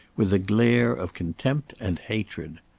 with a glare of contempt and hatred.